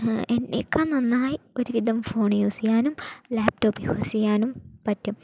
എത്ര നന്നായി ഒരു വിധം ഫോൺ യൂസ് ചെയ്യാനും ലാപ്ടോപ്പ് യൂസ് ചെയ്യാനും പറ്റും